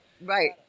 Right